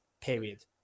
period